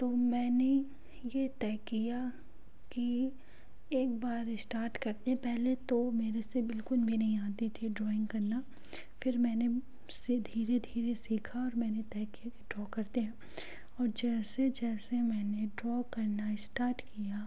तो मैंने ये तय किया कि एक बार इस्टार्ट करते हैं पहले तो मेरे से बिल्कुल भी नहीं आती थी ड्राॅइंग करना फिर मैंने उसे धीरे धीरे सिखा और मैंने तय किया कि ड्रॉ करते हैं और जैसे जैसे मैंने ड्रॉ करना इस्टार्ट किया